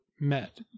met